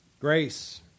Grace